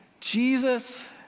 Jesus